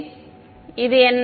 எனவே இது என்ன